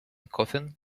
coughing